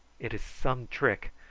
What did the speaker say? it is some trick.